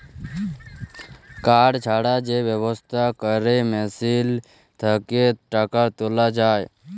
card ছাড়া যে ব্যবস্থা ক্যরে মেশিল থ্যাকে টাকা তুলা যায়